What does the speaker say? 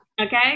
Okay